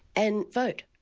and vote,